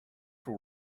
for